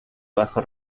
bajo